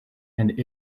and